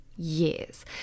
years